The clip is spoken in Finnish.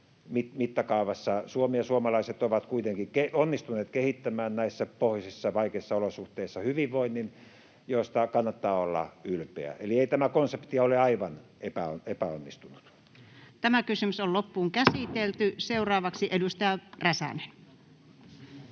Suomi ja suomalaiset ovat kuitenkin onnistuneet kehittämään näissä pohjoisissa, vaikeissa olosuhteissa hyvinvoinnin, josta kannattaa olla ylpeä, eli ei tämä konsepti ole aivan epäonnistunut. Seuraavaksi edustaja Räsänen.